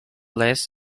less